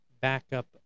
backup